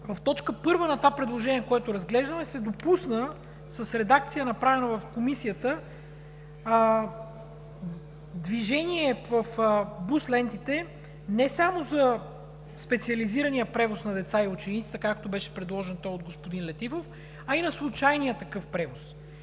в т. 1 на това предложение, което разглеждаме, се допусна с редакция, направена в Комисията, движение в бус лентите не само за специализирания превоз на деца и ученици, както беше предложен той от господин Летифов, а и на случайния такъв превоз.